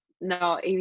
no